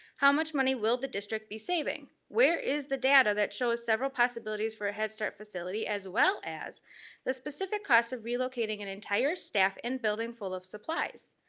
how much money will the district be saving? where is the data that shows several possibilities for a head start facility, as well as the specific cost for relocating an entire staff and building full of supplies.